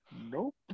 nope